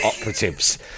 operatives